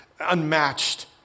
unmatched